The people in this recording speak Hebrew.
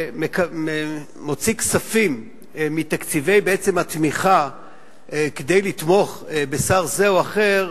מוציא כספים מתקציבי התמיכה כדי לתמוך בשר זה או אחר,